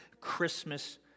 Christmas